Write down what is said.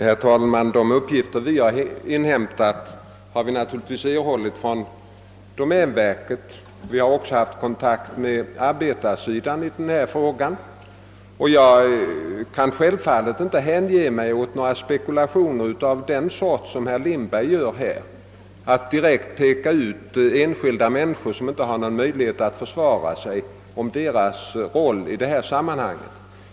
Herr talman! Vi har i detta fall inhämtat uppgifter från domänverket. Vi har också haft kontakt med arbetarsidan. Jag kan självfallet inte hänge mig åt sådana spekulationer som herr Lindberg gav uttryck åt — jag vill inte peka ut enskilda människor som inte har någon möjlighet att försvara sig i sammanhanget.